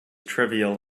trivial